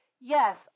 Yes